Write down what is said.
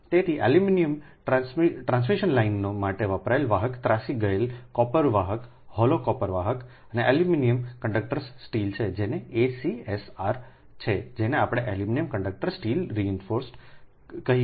તેથી ટ્રાન્સમિશન લાઇનો માટે વપરાયેલ વાહક ત્રાસી ગયેલા કોપર વાહક હોલો કોપર વાહક અને એલ્યુમિનિયમ કંડક્ટર્સ સ્ટીલ છે જેને ACSR છે જેને આપણે એલ્યુમિનિયમ કંડક્ટર સ્ટીલ રિઇનફોર્સ્ડ કહીએ છીએ